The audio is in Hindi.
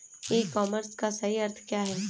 ई कॉमर्स का सही अर्थ क्या है?